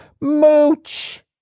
mooch